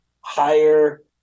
higher